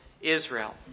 Israel